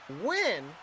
win